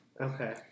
Okay